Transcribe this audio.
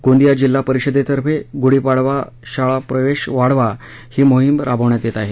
गोंदिया जिल्हा परिषदेतर्फे गुढीपाडवा शाळा प्रवेश वाढवा ही मोहिम राबवण्यात येत आहे